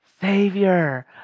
Savior